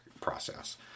process